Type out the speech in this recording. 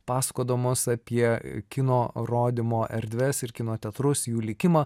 pasakodamos apie kino rodymo erdves ir kino teatrus jų likimą